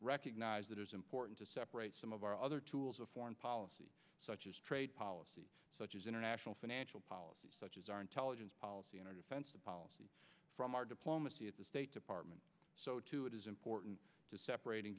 recognize it is important to separate some of our other tools of foreign policy such as trade policy such as international financial policies such as our intelligence policy and defense policy from our diplomacy at the state department so too it is important to separate and